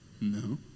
No